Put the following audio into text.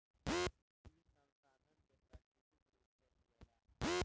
ई संसाधन के प्राकृतिक रुप से मिलेला